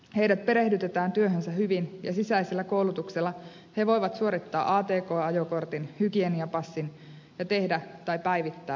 heidät perehdytetään työhönsä hyvin ja sisäisellä koulutuksella he voivat suorittaa ajokortin hygieniapassin ja tehdä tai päivittää cvn